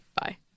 bye